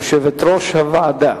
יושבת-ראש הוועדה.